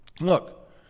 Look